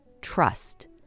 Trust